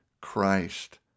Christ